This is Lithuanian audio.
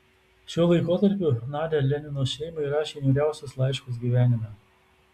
šiuo laikotarpiu nadia lenino šeimai rašė niūriausius laiškus gyvenime